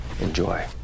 Enjoy